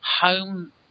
home